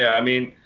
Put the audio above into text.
i mean,